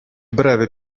breve